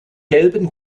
gelben